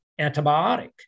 antibiotic